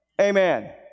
Amen